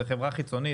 זו חברה חיצונית,